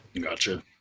gotcha